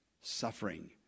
suffering